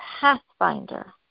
pathfinder